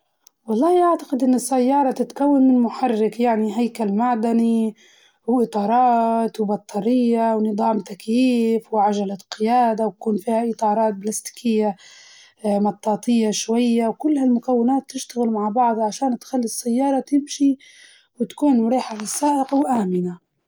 والله أعتقد إنه السيارة تتكون من محرك يعني هيكل معدني وإطارات وبطارية ونضام تكييف، وعجلة قيادة ويكون فيها إطارات بلاستيكية مطاطية شوية، وكل هالمكونات تشتغل مع بعض عشان تخلي السيارة تمشي وتكون مريحة للسائق وآمنة.